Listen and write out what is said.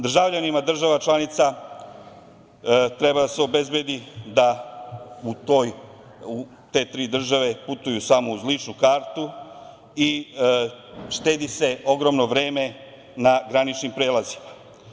Državljanima država članica treba da se obezbedi da u te tri države putuju samo uz ličnu kartu i štedi se ogromno vreme na graničnim prelazima.